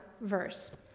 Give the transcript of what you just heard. verse